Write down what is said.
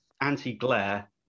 anti-glare